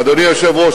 אדוני היושב-ראש,